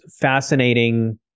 fascinating